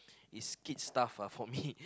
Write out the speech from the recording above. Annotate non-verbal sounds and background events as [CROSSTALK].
is kid stuff ah for me [LAUGHS]